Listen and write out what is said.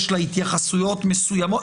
יש לה התייחסויות מסוימות.